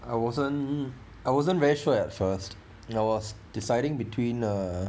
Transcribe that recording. I wasn't I wasn't very sure at first I was deciding between uh